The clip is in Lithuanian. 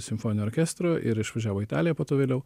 simfoninio orkestro ir išvažiavo į italiją po to vėliau